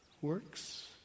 works